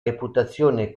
reputazione